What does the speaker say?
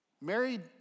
Married